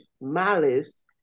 malice